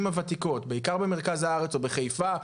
הוותיקות בעיקר במרכז הארץ או בחיפה,